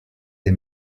des